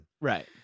Right